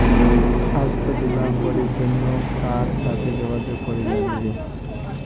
স্বাস্থ্য বিমা করির জন্যে কার সাথে যোগাযোগ করির নাগিবে?